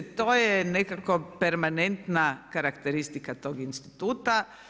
To je nekako permanentna karakteristika tog instituta.